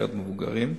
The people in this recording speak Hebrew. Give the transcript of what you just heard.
סוכרת מבוגרים,